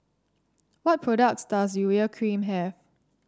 what products does Urea Cream have